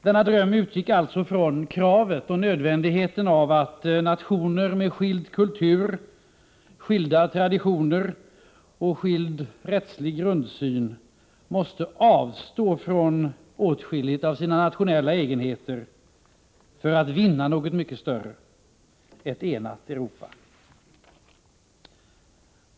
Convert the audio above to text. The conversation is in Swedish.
Denna dröm utgick från kravet och nödvändigheten av att nationer med skild kultur, skilda traditioner och skild rättslig grundsyn måste avstå från åtskilligt av sina nationella egenheter för att vinna något mycket större, ett enat Europa.